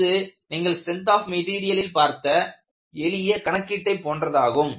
இது நீங்கள் strength of மெட்டீரியலில் படித்த எளிய கணக்கீட்டை போன்றதாகும்